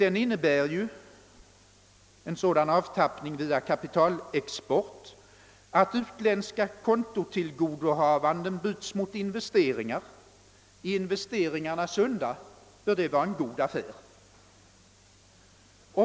En sådan avtappning via kapitalexport innebär ju att utländska = kontotillgodohavanden «byts mot investeringar, och om dessa är sunda bör det vara en god affär.